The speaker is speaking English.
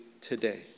today